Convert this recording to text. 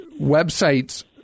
websites